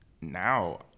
now